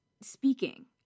speaking